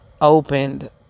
opened